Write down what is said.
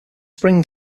spring